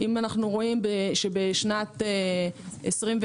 בשנת 21'